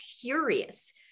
curious